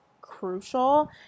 crucial